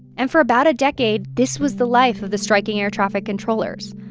and for about a decade, this was the life of the striking air traffic controllers.